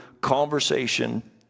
conversation